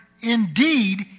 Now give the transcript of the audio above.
indeed